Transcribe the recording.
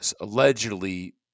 allegedly